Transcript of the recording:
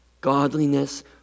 Godliness